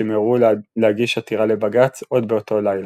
שמיהרו להגיש עתירה לבג"ץ עוד באותו לילה.